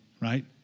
Right